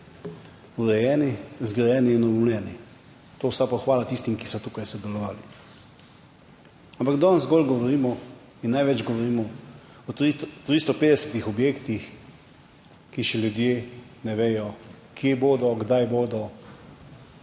urejeni, zgrajeni in obnovljeni. To je vsa pohvala tistim, ki so tukaj sodelovali. Ampak danes zgolj govorimo in največ govorimo o 350 objektih, ki še ljudje ne vedo kje bodo, kdaj bodo